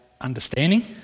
understanding